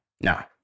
No